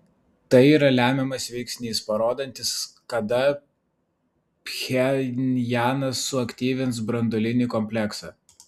tai yra lemiamas veiksnys parodysiantis kada pchenjanas suaktyvins branduolinį kompleksą